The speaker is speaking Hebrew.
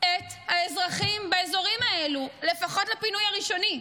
את האזרחים באזורים האלו, לפחות לפינוי הראשוני.